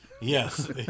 yes